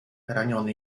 raniony